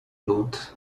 lud